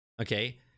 okay